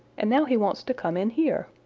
and now he wants to come in here.